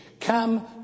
come